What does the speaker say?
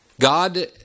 God